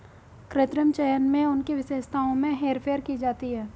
कृत्रिम चयन में उनकी विशेषताओं में हेरफेर की जाती है